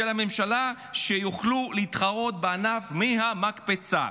הממשלה שיוכלו להתחרות בענף מהמקפצה.